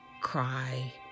cry